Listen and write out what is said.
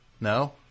No